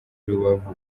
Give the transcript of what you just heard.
rubavu